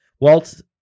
Walt